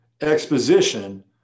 exposition